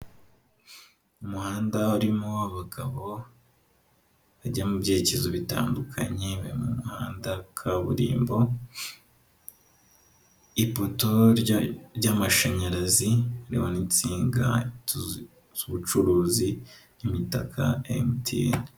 Umuhanda urimo abagabo bajya mu byerekezo bitandukanye, bari mu muhanda wa kaburimbo, ipoto ry'amashanyarazi, ririho n'insinga z'ubucuruzi n'imitaka ya MTN.